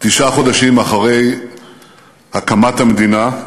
תשעה חודשים אחרי הקמת המדינה,